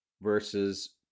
versus